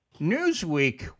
Newsweek